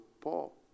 Paul